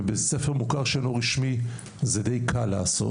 ובבית ספר מוכר שאינו רשמי זה די קל לעשות,